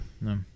no